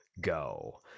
go